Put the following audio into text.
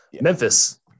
Memphis